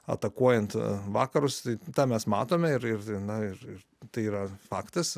atakuojant vakarus tai tą mes matome ir ir na ir tai yra faktas